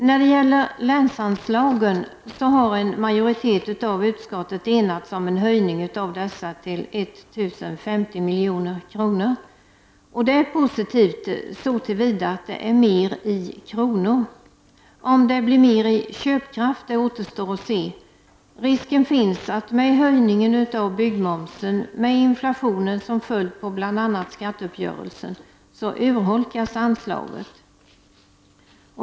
När det gäller länsanslagen har en majoritet av utskottet enats om en höjning av dessa till 1 050 milj.kr. Det är positivt så till vida att det är mer i kronor. Om det blir mer i köpkraft återstår att se. Risken finns att höjningen av byggmomsen och inflationen till följd av skatteuppgörelsen urholkar anslaget.